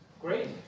Great